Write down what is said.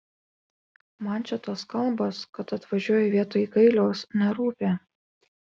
man čia tos kalbos kad atvažiuoju vietoj gailiaus nerūpi